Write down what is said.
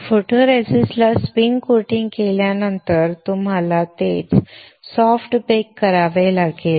फोटोरेसिस्टला spin coating केल्यानंतर तुम्हाला तेच सॉफ्ट बेक करावे लागेल